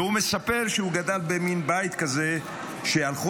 והוא מספר שהוא גדל במין בית כזה שהלכו